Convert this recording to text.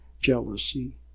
jealousy